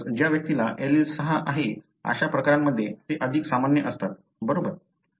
म्हणूनच ज्या व्यक्तींना एलील 6 आहे अशा प्रकरणांमध्ये ते अधिक सामान्य असतात बरोबर